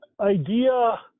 idea